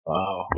Wow